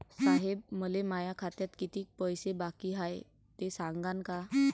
साहेब, मले माया खात्यात कितीक पैसे बाकी हाय, ते सांगान का?